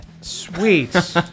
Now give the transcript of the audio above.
sweet